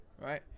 Right